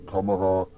Kamera